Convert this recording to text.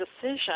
decision